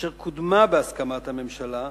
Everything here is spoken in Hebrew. אשר קודמה בהסכמת הממשלה,